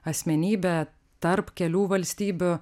asmenybė tarp kelių valstybių